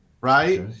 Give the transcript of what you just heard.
right